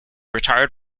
retired